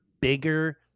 bigger